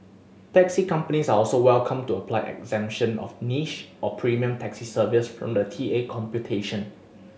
taxi companies are also welcome to apply exemption of niche or premium taxi services from the T A computation